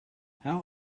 how